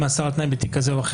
ושולי.